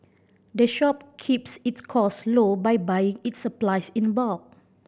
the shop keeps its costs low by buying its supplies in bulk